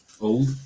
old